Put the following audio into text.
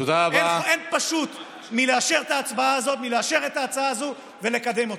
אין פשוט מלאשר את ההצעה הזאת ולקדם אותה,